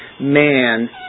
man